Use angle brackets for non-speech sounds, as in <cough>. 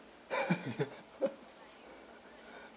<laughs>